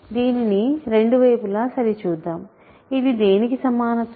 దీనిని రెండు వైపులా సరిచూద్దాం ఇది దేనికి సమానత్వం